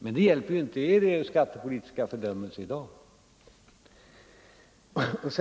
Men det hjälper inte er i er skattepolitiska fördömelse i dag.